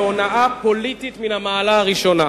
זאת הונאה פוליטית מן המעלה הראשונה.